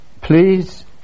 please